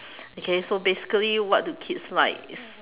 okay so basically what do kids like it's